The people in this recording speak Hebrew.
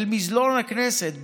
אל מזנון הכנסת,